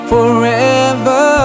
Forever